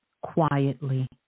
quietly